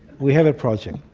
we have a project.